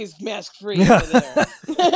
mask-free